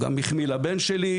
הוא גם החמיא לבן שלי,